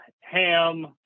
ham